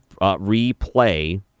replay